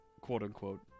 quote-unquote